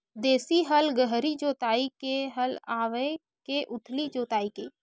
देशी हल गहरी जोताई के हल आवे के उथली जोताई के?